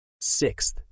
Sixth